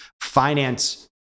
finance